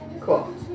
Cool